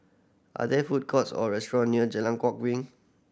are there food courts or restaurant near Jalan Kwok Min